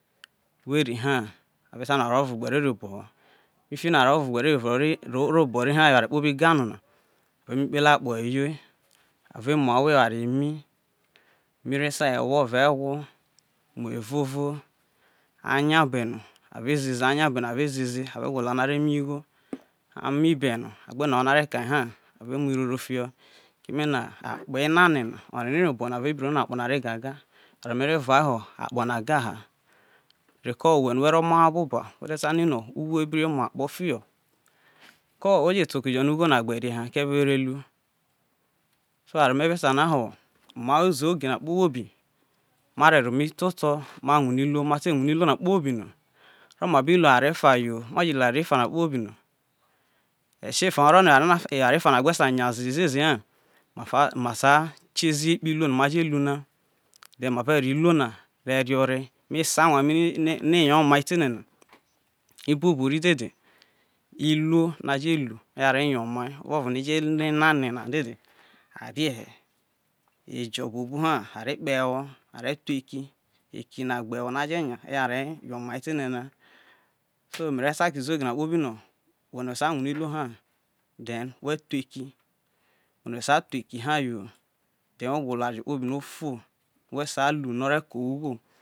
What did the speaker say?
We ri ha ave ta to oware o̱vo gbe̱ ri ri obo ho̱ fiki now oware oro gbe rie ri oboha no̱ eware kpohi ga no na ave mu ikpele akpo eyo, ave mu ahwo eware emi, mu ire sa ewo evao e̱gwo muo e̱vovo a nya be no ave ze he ze a nya be no ave ze ye ze, abe gwolo ehwo no ore mi igho ami beno agbe rue ahwo no ave kaha ave mu iroro fiho fikino enanre̱ na o̱reri ri obo no oware no me vua ho akpo na ga ha, reko we̱ no̱ o̱ro̱ oma ha bobo we te ba ugho we bi rō mu akpo ra fiho, ko oje to oke jo no ugho na gberie na koeme wo re lu? Emo̱ no me be ta na ho mai uzoge na kpo bi mare̱ ro mi to to ma wune̱ iruo mate wune iruo na kpobi no oro no ma bi lu eware efa yo ma te lu eware na kpo bi no, eshefa o̱ro̱ no eware na gbe ta nyaze rie rie ha ma sa kie zi he kpo iruo no ma je lu na then ave ro iluo na ro re ore ese awa mi ne yo mai te ene na ibuobu ri dede iluo no aje lu aro yo omai, ovuovo no a aje ne dede are̱ he, ejo buobu ha are̱ kpo̱ e̱wo̱ gbe eki, eki na gbe ewo no aje nya o ye aro yo omai te ehe na so mere ta ke izoge na kpobi no welno ota wune iluo ha then we thuo eki, ono ota thu eki ha yo the ogwolo oware kpobi no̱ ofo we sa lu no̱ ore ko owe igho